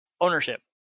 Ownership